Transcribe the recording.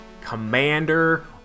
commander